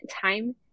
time